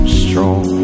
strong